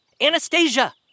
Anastasia